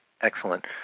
Excellent